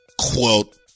Quote